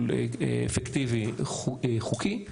טיפול אפקטיבי חוקי אנחנו